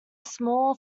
small